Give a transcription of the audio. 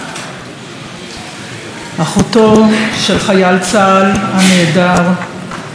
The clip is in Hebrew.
אחותו של חייל צה"ל הנעדר יהודה כץ.